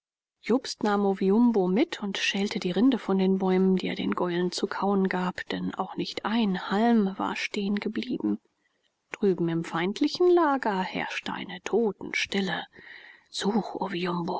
jobst nahm oviumbo mit und schälte die rinde von den bäumen die er den gäulen zu kauen gab denn auch nicht ein halm war stehen geblieben drüben im feindlichen lager herrschte eine totenstille